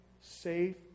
safe